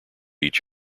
each